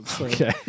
Okay